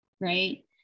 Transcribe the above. right